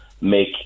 make